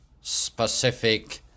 specific